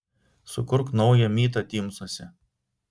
sukurk naują mytą tymsuose